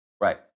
Right